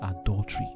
adultery